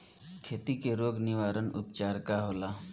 खेती के रोग निवारण उपचार का होला?